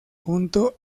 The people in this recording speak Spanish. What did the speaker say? junto